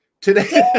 today